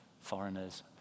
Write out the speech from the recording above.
foreigners